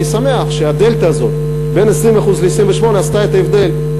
אני שמח שהדלתא הזאת בין 20% ל-28% עשתה את ההבדל,